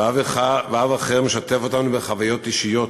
ואב אחר משתף אותנו בחוויות אישיות,